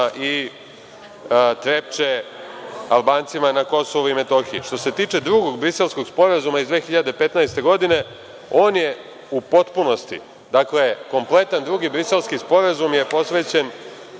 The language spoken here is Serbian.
i „Trepče“ Albancima na KiM. **Đorđe Milićević** Što se tiče Drugog Briselskog sporazuma iz 2015. godine, on je u potpunosti, dakle kompletan Drugi Briselski sporazum je posvećen